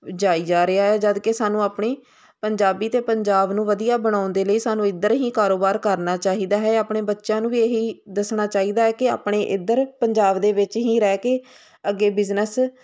ਜਾਈ ਜਾ ਰਿਹਾ ਜਦੋਂ ਕਿ ਸਾਨੂੰ ਆਪਣੀ ਪੰਜਾਬੀ ਅਤੇ ਪੰਜਾਬ ਨੂੰ ਵਧੀਆ ਬਣਾਉਣ ਦੇ ਲਈ ਸਾਨੂੰ ਇੱਧਰ ਹੀ ਕਾਰੋਬਾਰ ਕਰਨਾ ਚਾਹੀਦਾ ਹੈ ਆਪਣੇ ਬੱਚਿਆਂ ਨੂੰ ਵੀ ਇਹੀ ਦੱਸਣਾ ਚਾਹੀਦਾ ਕਿ ਆਪਣੇ ਇੱਧਰ ਪੰਜਾਬ ਦੇ ਵਿੱਚ ਹੀ ਰਹਿ ਕੇ ਅੱਗੇ ਬਿਜਨਸ